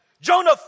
Jonah